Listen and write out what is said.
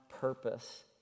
purpose